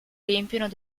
riempirono